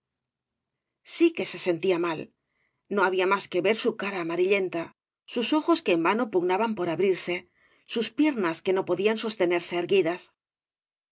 sí que se sentía mal no había mas que ver su cara amarillenta sus ojos que en vano pugnaban por abrirse sus piernas que no pedían sosteneree erguidas